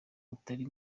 utari